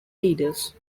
leaders